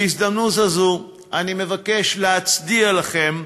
בהזדמנות הזאת אני מבקש להצדיע לכם,